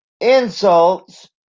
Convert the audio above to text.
Insults